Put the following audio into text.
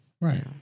Right